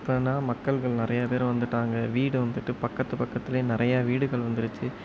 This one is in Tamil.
இப்போனா மக்கள்கள் நிறையா பேர் வந்துவிட்டாங்க வீடு வந்துவிட்டு பக்கத்து பக்கத்துலேயே நிறையா வீடுகள் வந்துடுச்சி